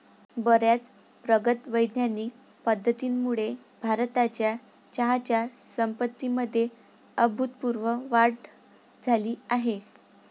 बर्याच प्रगत वैज्ञानिक पद्धतींमुळे भारताच्या चहाच्या संपत्तीमध्ये अभूतपूर्व वाढ झाली आहे